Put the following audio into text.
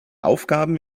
aufgaben